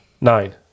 Nine